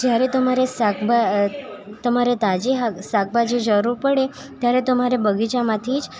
જ્યારે તમારે શાકભા તમારે તાજી શાકભાજી જરૂર પડે ત્યારે તમારે બગીચામાંથી જ